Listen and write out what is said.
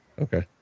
Okay